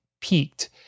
peaked